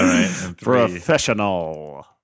Professional